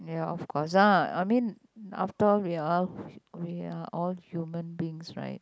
ya of course lah I mean after we all we are all human beings right